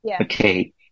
Okay